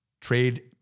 trade